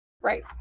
right